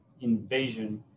invasion